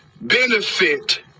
benefit